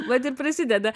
vat ir prasideda